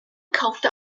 kaufte